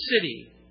city